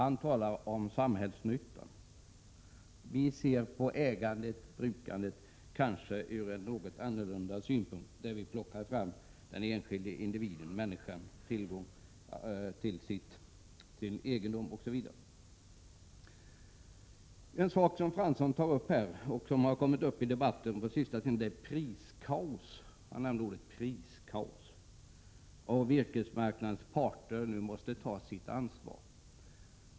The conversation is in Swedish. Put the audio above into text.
Vi ser kanske på ägandet, brukandet, ur en något annorlunda synpunkt och för fram den enskilda individens, människans, rätt till sin egendom osv. En sak som Fransson berör och som kommit upp i debatten under den senaste tiden är begreppet ”priskaos”. Han använde det ordet och sade att virkesmarknadens parter nu måste ta sitt ansvar.